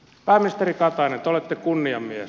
pääministeri katainen te olette kunnian mies